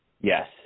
yes